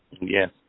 Yes